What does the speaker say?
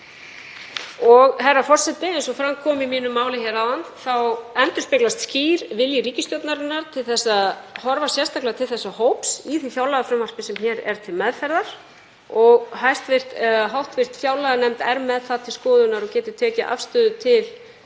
í.) Herra forseti. Eins og fram kom í máli mínu áðan endurspeglast skýr vilji ríkisstjórnarinnar til þess að horfa sérstaklega til þessa hóps í því fjárlagafrumvarpi sem hér er til meðferðar. Hv. fjárlaganefnd er með það til skoðunar og getur tekið afstöðu til